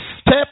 step